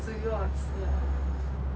他都没有煮给我们吃他只煮给朋友